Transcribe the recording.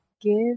Give